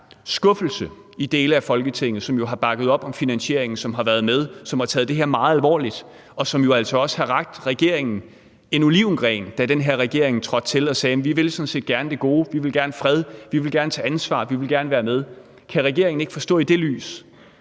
skuffelse i dele af Folketinget, som har bakket op om finansieringen, som har været med, som har taget det her meget alvorligt, og som jo altså også har rakt regeringen en olivengren, da den her regering trådte til, og sagt: Jamen vi vil sådan set gerne det gode, vi vil gerne have fred, vi vil gerne tage ansvar, vi vil gerne være med? Kan regeringen i det lys